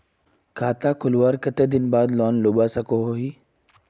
खाता खोलवार कते दिन बाद लोन लुबा सकोहो ही?